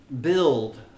build